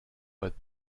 but